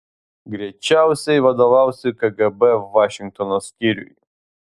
greičiausiai vadovausiu kgb vašingtono skyriui